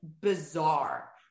bizarre